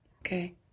Okay